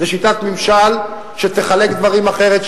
לשיטת ממשל שתחלק דברים אחרת,